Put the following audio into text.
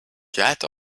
get